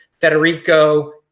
Federico